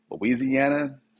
Louisiana